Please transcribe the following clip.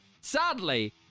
Sadly